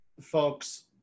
folks